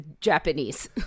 Japanese